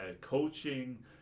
coaching